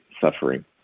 suffering